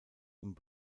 und